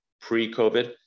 pre-COVID